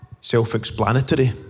self-explanatory